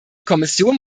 kommission